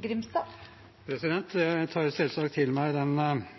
den påminnelsen jeg fikk om § 55 i forretningsordenen, som jeg fikk av presidenten tidligere. Jeg har sikkert ikke uttrykt meg